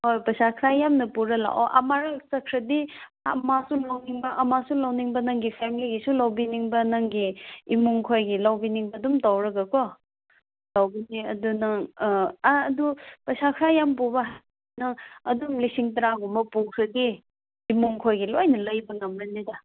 ꯍꯣꯏ ꯄꯩꯁꯥ ꯈꯔ ꯌꯥꯝ ꯄꯨꯔꯒ ꯂꯥꯛꯑꯣ ꯑꯃꯔꯛ ꯆꯠꯈ꯭ꯔꯗꯤ ꯑꯃꯁꯨ ꯂꯧꯅꯤꯡꯕ ꯑꯃꯁꯨ ꯂꯧꯅꯤꯡꯕ ꯅꯪꯒꯤ ꯐꯦꯃꯤꯂꯤꯒꯤꯁꯨ ꯂꯧꯕꯤꯅꯤꯡꯕ ꯅꯪꯒꯤ ꯏꯃꯨꯡꯈꯣꯏꯒꯤ ꯂꯧꯕꯤꯅꯤꯡꯕ ꯑꯗꯨꯝ ꯇꯧꯔꯒꯀꯣ ꯇꯧꯗꯣꯏꯅꯦ ꯑꯗꯨꯅ ꯑꯗꯨ ꯄꯩꯁꯥ ꯈꯔ ꯌꯥꯝ ꯄꯨꯕ ꯅꯪ ꯑꯗꯨꯝ ꯂꯤꯁꯤꯡ ꯇꯔꯥꯒꯨꯝꯕ ꯄꯨꯈ꯭ꯔꯗꯤ ꯏꯃꯨꯡꯈꯣꯏꯒꯤ ꯂꯣꯏꯅ ꯂꯩꯕ ꯉꯝꯃꯅꯤꯗ